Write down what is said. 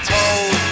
told